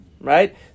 right